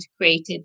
created